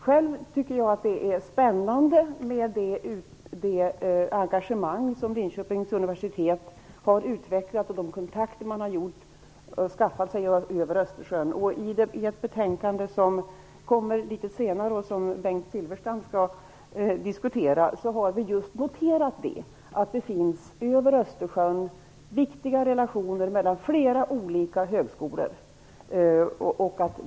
Själv tycker jag att det är spännande med det engagemang som Linköpings universitet har utvecklat och de kontakter som man där har skaffat sig i östersjöområdet. I ett betänkande som skall tas upp litet senare och som Bengt Silfverstrand skall diskutera har vi noterat att det över Östersjön finns viktiga relationer mellan flera olika högskolor.